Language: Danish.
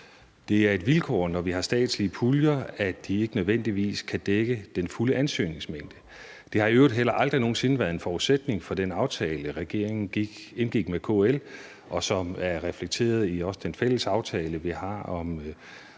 Det er et vilkår, når vi har statslige puljer, at de ikke nødvendigvis kan dække den fulde ansøgningsmængde. Det har i øvrigt heller aldrig nogen sinde været en forudsætning for den aftale, som regeringen indgik med KL, og som også er reflekteret i den fælles aftale, vi har, om